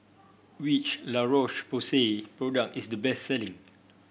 which La Roche Porsay product is the best selling